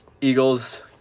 Eagles